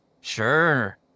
Sure